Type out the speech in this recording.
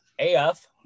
AF